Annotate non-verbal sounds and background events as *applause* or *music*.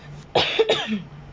*coughs*